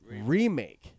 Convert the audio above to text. remake